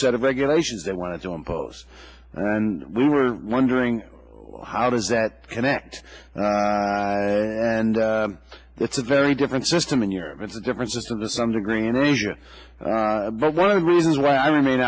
set of regulations they wanted to impose and we were wondering how does that connect and it's a very different system in europe it's a difference of the some degree in asia but one of the reasons why i remain